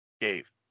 Dave